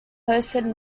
hosted